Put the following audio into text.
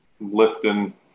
lifting